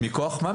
מכוח מה?